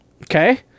Okay